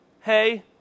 hey